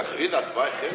תכריז: ההצבעה החלה.